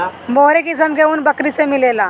मोहेर किस्म के ऊन बकरी से मिलेला